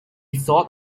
thought